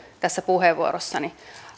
tässä puheenvuorossani